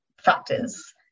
factors